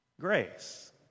grace